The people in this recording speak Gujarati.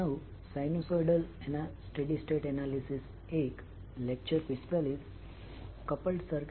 નમસ્કાર